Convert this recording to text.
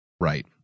Right